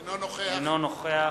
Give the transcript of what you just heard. אינו נוכח